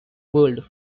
world